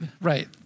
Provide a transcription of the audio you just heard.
right